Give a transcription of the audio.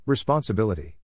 Responsibility